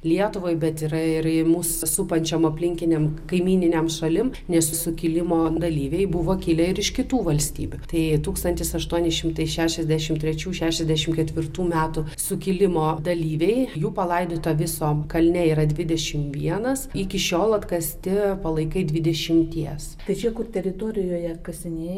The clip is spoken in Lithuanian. lietuvai bet yra ir į mus supančiam aplinkiniam kaimyninėm šalim nes sukilimo dalyviai buvo kilę ir iš kitų valstybių tai tūkstantis aštuoni šimtai šešiasdešimt trečių šešiasdešimt ketvirtų metų sukilimo dalyviai jų palaidota viso kalne yra dvidešimt vienas iki šiol atkasti palaikai dvidešimties tadžikų teritorijoje kasinėja